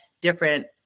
different